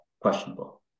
questionable